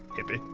hippy.